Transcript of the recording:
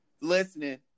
listening